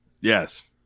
Yes